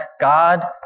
God